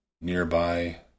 nearby